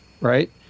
Right